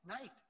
night